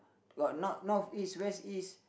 got North North East West East